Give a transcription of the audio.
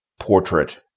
Portrait